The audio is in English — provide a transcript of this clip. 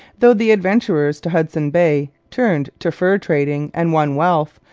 though the adventurers to hudson bay turned to fur trading and won wealth,